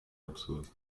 absurd